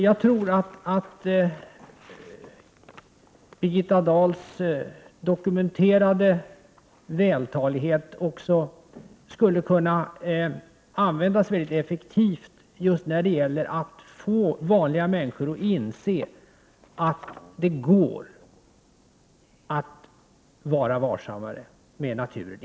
Jag tror att Birgitta Dahls dokumenterade vältalighet skulle kunna användas mycket effektivt just när det gäller att få vanliga människor att inse att det går att vara varsammare med naturen.